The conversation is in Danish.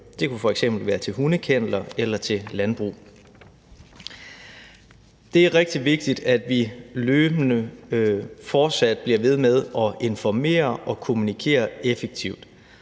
Det kunne f.eks. være til hundekenneler eller landbrug. Det er rigtig vigtigt, at vi løbende fortsat bliver ved med at informere og kommunikere effektivt,